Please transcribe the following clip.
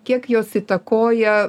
kiek jos įtakoja